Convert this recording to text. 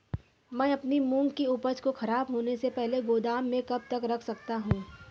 मैं अपनी मूंग की उपज को ख़राब होने से पहले गोदाम में कब तक रख सकता हूँ?